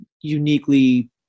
uniquely